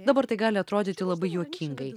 dabar tai gali atrodyti labai juokingai